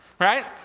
right